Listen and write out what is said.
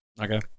Okay